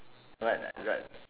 but but